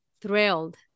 thrilled